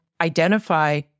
identify